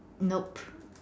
nope